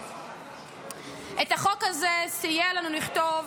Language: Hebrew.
את החוק הזה סייע לנו לכתוב